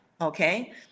okay